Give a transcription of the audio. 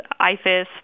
IFIS